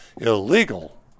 illegal